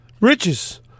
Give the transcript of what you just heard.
riches